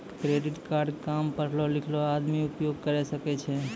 Credit card काम पढलो लिखलो आदमी उपयोग करे सकय छै?